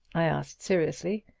i asked seriously,